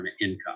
income